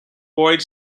boyd